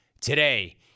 Today